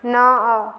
ନଅ